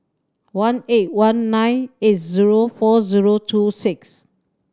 one eight one nine eight zero four zero two six